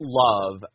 love